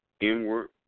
inward